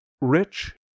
Rich